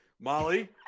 Molly